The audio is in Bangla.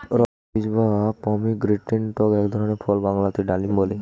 রক্তবীজ বা পমিগ্রেনেটক এক ধরনের ফল বাংলাতে ডালিম বলে